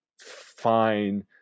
fine